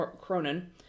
cronin